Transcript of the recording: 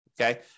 okay